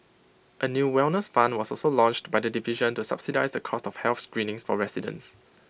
A new wellness fund was also launched by the division to subsidise the cost of health screenings for residents